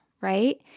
right